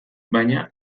baina